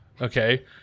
Okay